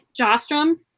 Jostrom